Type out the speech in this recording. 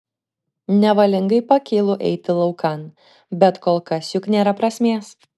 nevalingai pakylu eiti laukan bet kol kas juk nėra prasmės